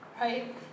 right